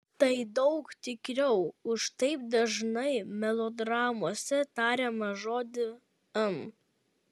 tai daug tikriau už taip dažnai melodramose tariamą žodį m